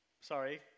sorry